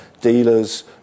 dealers